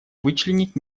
вычленить